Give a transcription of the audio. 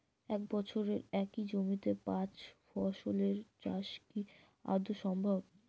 এক বছরে একই জমিতে পাঁচ ফসলের চাষ কি আদৌ সম্ভব?